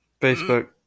Facebook